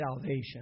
salvation